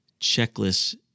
checklist